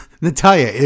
natalia